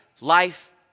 life